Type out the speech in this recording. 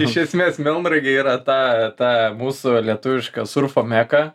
iš esmės melnragė yra ta ta mūsų lietuviška surfo meka